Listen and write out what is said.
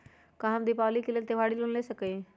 का हम दीपावली के लेल त्योहारी लोन ले सकई?